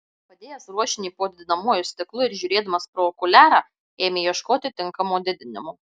padėjęs ruošinį po didinamuoju stiklu ir žiūrėdamas pro okuliarą ėmė ieškoti tinkamo didinimo